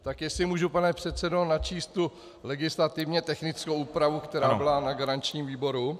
Tak jestli můžu, pane předsedo, načíst tu legislativně technickou úpravu, která byla na garančním výboru?